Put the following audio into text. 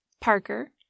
Parker